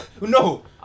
No